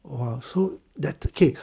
!wah! so dedicate ah